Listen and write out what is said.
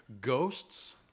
Ghosts